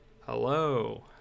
Hello